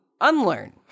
unlearn